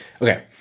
Okay